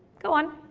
go on.